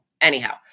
Anyhow